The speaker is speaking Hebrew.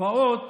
תופעות